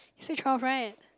he say twelve right